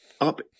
up